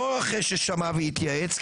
לא אחרי ששמע והתייעץ,